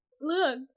Look